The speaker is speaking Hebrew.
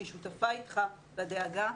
אני שותפה אתך לדאגה.